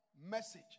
message